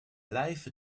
life